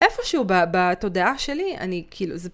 איפשהו בתודעה שלי אני כאילו ז...